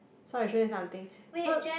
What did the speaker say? so I show you something so